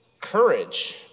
courage